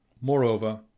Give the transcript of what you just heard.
Moreover